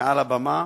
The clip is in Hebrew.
מעל לבמה,